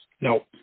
No